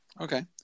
okay